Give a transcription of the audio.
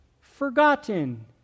forgotten